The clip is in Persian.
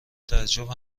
تعجب